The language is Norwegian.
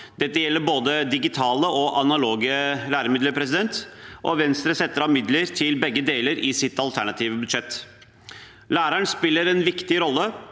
Dette gjelder både digitale og analoge læremidler. Venstre setter av midler til begge deler i sitt alternative budsjett. Læreren spiller en viktig rolle